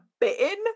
bitten